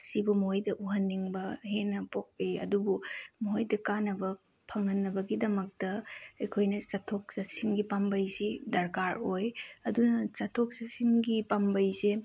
ꯑꯁꯤꯕꯨ ꯃꯈꯣꯏꯗ ꯎꯍꯟꯅꯤꯡꯕ ꯍꯦꯟꯅ ꯄꯣꯛꯏ ꯑꯗꯨꯕꯨ ꯃꯈꯣꯏꯗ ꯀꯥꯟꯅꯕ ꯐꯪꯍꯟꯅꯕꯒꯤꯗꯃꯛꯇ ꯑꯩꯈꯣꯏꯅ ꯆꯠꯊꯣꯛ ꯆꯠꯁꯤꯟꯒꯤ ꯄꯥꯝꯕꯩꯁꯤ ꯗꯔꯀꯥꯔ ꯑꯣꯏ ꯑꯗꯨꯅ ꯆꯠꯊꯣꯛ ꯆꯠꯁꯤꯟꯒꯤ ꯄꯥꯝꯕꯩꯁꯦ